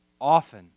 often